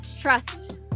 Trust